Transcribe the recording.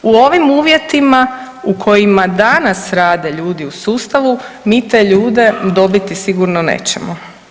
U ovim uvjetima u kojima danas rade ljudi u sustavu mi te ljude dobiti sigurno nećemo.